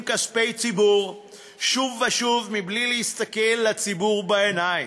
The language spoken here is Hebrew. כספי ציבור שוב ושוב בלי להסתכל לציבור בעיניים.